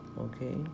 okay